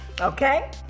Okay